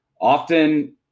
Often